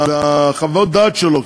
בחוות דעת שלו,